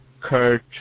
Kurt